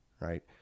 right